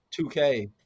2k